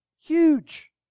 Huge